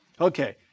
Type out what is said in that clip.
Okay